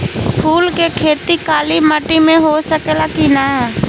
फूल के खेती काली माटी में हो सकेला की ना?